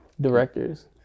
directors